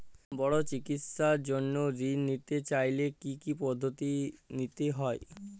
বড় চিকিৎসার জন্য ঋণ নিতে চাইলে কী কী পদ্ধতি নিতে হয়?